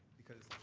because,